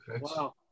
Wow